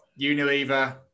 Unilever